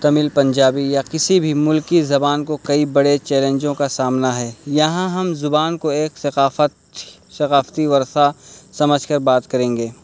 تمل پنجابی یا کسی بھی ملک کی زبان کو کئی بڑے چیلنجوں کا سامنا ہے یہاں ہم زبان کو ایک ثقافت ثقافتی ورثہ سمجھ کر بات کریں گے